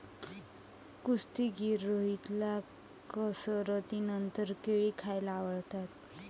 कुस्तीगीर रोहितला कसरतीनंतर केळी खायला आवडतात